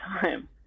time